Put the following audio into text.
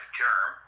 germ